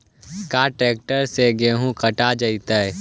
का ट्रैक्टर से गेहूं कटा जितै?